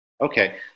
Okay